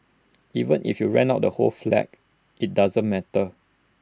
even if you rent out the whole flat IT doesn't matter